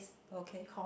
okay